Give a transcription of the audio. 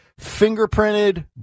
fingerprinted